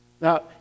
Now